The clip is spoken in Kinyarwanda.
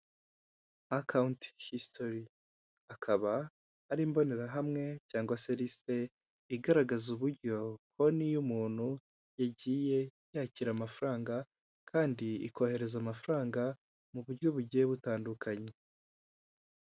Akawunti hisitori akaba ari imbonerahamwe cyangwa se risite igaragaza uburyo konti y'umuntu yagiye yakira amafaranga kandi ikohereza amafaranga mu buryo bugiye butandukanye.